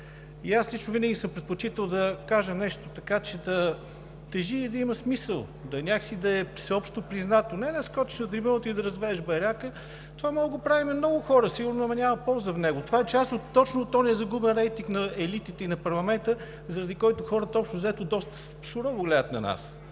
Аз лично винаги съм предпочитал да кажа нещо, така че да тежи и да има смисъл, някак си да е всеобщо признато. Не да скочиш на трибуната и да развееш байрака – това можем да го правим много хора сигурно, ама няма полза от него. Това е част точно от оня загубен рейтинг на елитите и парламента, заради която хората общо-взето доста сурово гледат на нас.